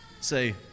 Say